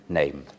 name